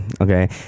okay